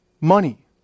money